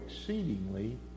exceedingly